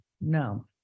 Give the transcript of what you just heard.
No